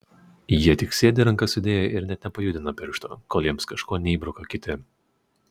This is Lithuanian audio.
jie tik sėdi rankas sudėję ir net nepajudina piršto kol jiems kažko neįbruka kiti